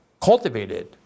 Cultivated